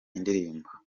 indirimbo